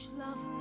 love